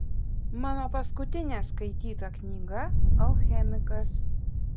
mano paskutinė skaityta knyga alchemikas